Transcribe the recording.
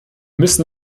müssen